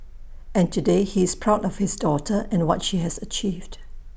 and today he is proud of his daughter and what she has achieved